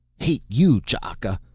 hate you, ch'aka!